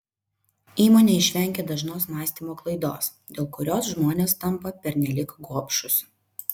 įmonė išvengė dažnos mąstymo klaidos dėl kurios žmonės tampa pernelyg gobšūs